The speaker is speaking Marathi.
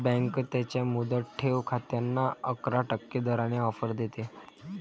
बँक त्यांच्या मुदत ठेव खात्यांना अकरा टक्के दराने ऑफर देते